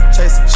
Chase